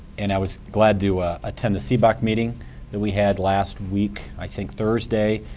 and i was glad to attend the cboc meeting that we had last week, i think thursday.